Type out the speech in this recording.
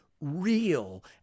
real